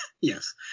yes